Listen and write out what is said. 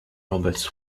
orbits